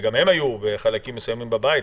שגם הם היו בחלקים מסוימים בבית,